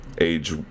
age